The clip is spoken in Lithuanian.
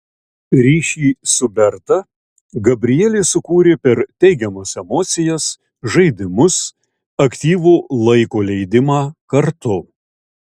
ryšį su berta gabrielė sukūrė per teigiamas emocijas žaidimus aktyvų laiko leidimą kartu